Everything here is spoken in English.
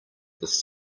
this